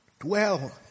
dwell